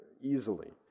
easily